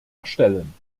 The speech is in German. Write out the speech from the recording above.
erstellen